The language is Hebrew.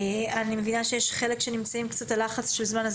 ישעיהו יחיאלי.